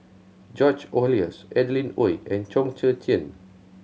George Oehlers Adeline Ooi and Chong Tze Chien